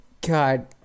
God